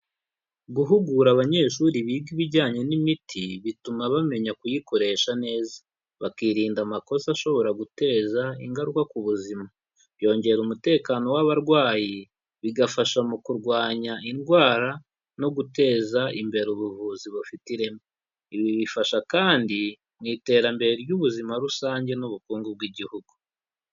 Guhugura abanyeshuri biga ibijyanye n'imiti bituma bamenya kuyikoresha neza, bakirinda amakosa ashobora guteza ingaruka ku buzima. Byongera umutekano w'abarwayi, bigafasha mu kurwanya indwara, no guteza imbere ubuvuzi bufite ireme. Ibi bifasha kandi, mu iterambere ry'ubuzima rusange n'ubukungu bw'igihugu.